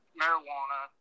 marijuana